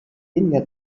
weniger